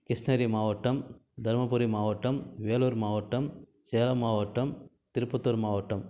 கிருஷ்ணகிரி மாவட்டம் தருமபுரி மாவட்டம் வேலூர் மாவட்டம் சேலம் மாவட்டம் திருப்பத்தூர் மாவட்டம்